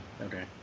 Okay